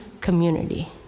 community